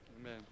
Amen